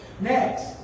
Next